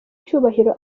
cyubahiro